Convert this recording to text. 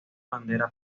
bandera